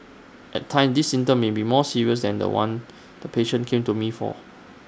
at times this symptom may be more serious than The One the patient came to me for